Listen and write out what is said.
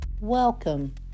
Welcome